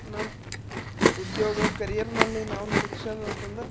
ನಮ್ಮ ಉದ್ಯೋಗ ಕರಿಯರ್ನಲ್ಲಿ ನಾವು ನಿರೀಕ್ಷಾದಂತಂದರೆ